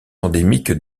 endémique